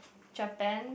Japan